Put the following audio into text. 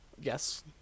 Yes